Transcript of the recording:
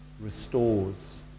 restores